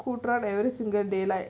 cool troll every single day right